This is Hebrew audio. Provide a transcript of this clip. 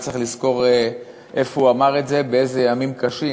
צריך לזכור איפה הוא אמר את זה, באילו ימים קשים